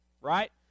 right